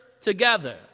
together